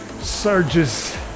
surges